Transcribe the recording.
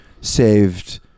saved